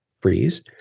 freeze